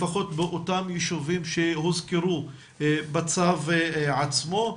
לפחות באותם יישובים שהוזכרו בצו עצמו.